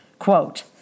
Quote